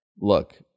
look